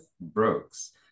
Brooks